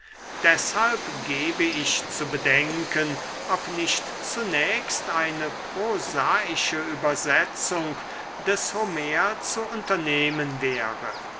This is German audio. deshalb gebe ich zu bedenken ob nicht zunächst eine prosaische übersetzung des homer zu unternehmen wäre